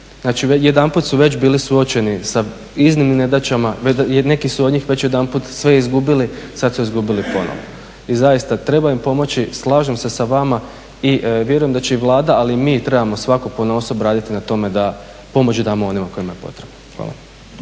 Znači, jedanput su već bili suočeni sa iznimnim nedaćama, neki su od njih već jedanput sve izgubili, sad su izgubili ponovo. I zaista treba im pomoći, slažem se sa vama i vjerujem da će i Vlada, ali i mi trebamo svako ponaosob raditi na tome da pomoć damo onima kojima je potrebno. Hvala.